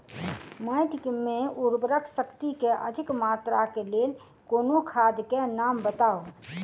माटि मे उर्वरक शक्ति केँ अधिक मात्रा केँ लेल कोनो खाद केँ नाम बताऊ?